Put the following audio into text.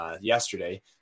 Yesterday